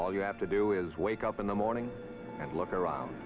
all you have to do is wake up in the morning and look around